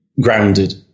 grounded